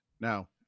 Now